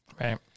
right